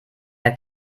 der